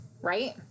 Right